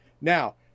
Now